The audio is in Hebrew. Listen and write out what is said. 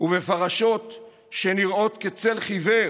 בפרשות שנראות כצל חיוור